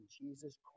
Jesus